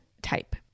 type